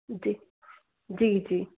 जी जी जी